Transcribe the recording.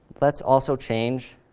let's also change